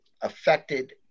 affected